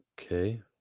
Okay